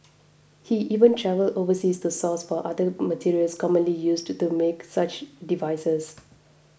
he even travelled overseas to source for other materials commonly used to make such devices